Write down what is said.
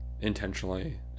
intentionally